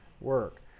work